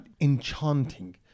enchanting